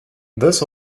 this